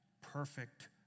perfect